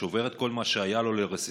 שובר את כל מה שהיה לו לרסיסים